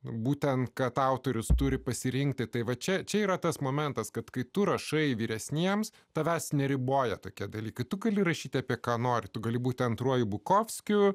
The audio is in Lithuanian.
būtent kad autorius turi pasirinkti tai va čia čia yra tas momentas kad kai tu rašai vyresniems tavęs neriboja tokie dalykai tu gali rašyti apie ką nori tu gali būti antruoju bukovskiu